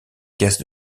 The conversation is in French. caisses